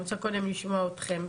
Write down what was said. אני רוצה קודם לשמוע אתכם.